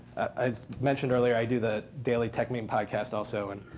i mentioned earlier, i do the daily techmeme podcast also. and